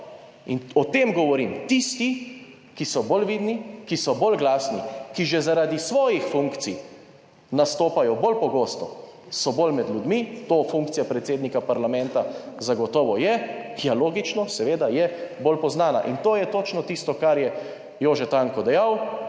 In o tem govorim tisti, ki so bolj vidni, ki so bolj glasni, ki že zaradi svojih funkcij nastopajo bolj pogosto, so bolj med ljudmi, to funkcija predsednika parlamenta zagotovo je, ja logično, seveda je bolj poznana in to je točno tisto, kar je Jože Tanko dejal